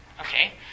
Okay